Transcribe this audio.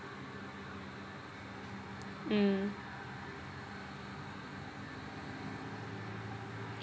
mm